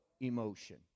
emotion